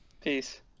Peace